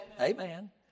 Amen